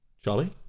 Charlie